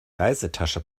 reisetasche